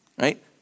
right